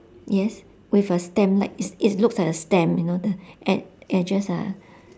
yes with a stamp like it's it's looks like a stamp you know the e~ edges are